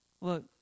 look